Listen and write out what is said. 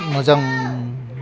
मोजां